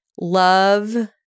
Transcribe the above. Love